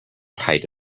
tight